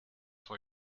for